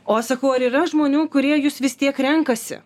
o aš sakau ar yra žmonių kurie jus vis tiek renkasi